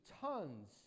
tons